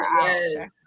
Yes